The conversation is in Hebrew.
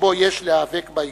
שבו יש להיאבק באיום.